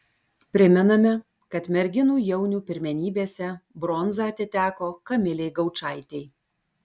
primename kad merginų jaunių pirmenybėse bronza atiteko kamilei gaučaitei